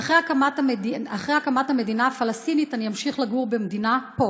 אחרי הקמת המדינה הפלסטינית אני אמשיך לגור במדינה פה.